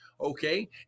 okay